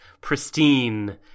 pristine